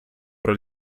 про